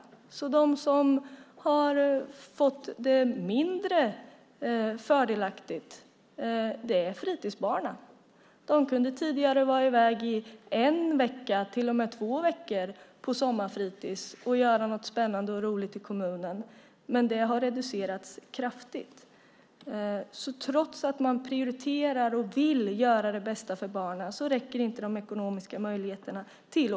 De som har fått det mindre fördelaktigt är fritidsbarnen. De kunde tidigare vara i väg i en vecka, till och med två veckor, på sommarfritids och göra något spännande och roligt i kommunen. Men det har reducerats kraftigt. Trots att man prioriterar och vill göra det bästa för barnen räcker inte de ekonomiska möjligheterna till.